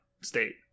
state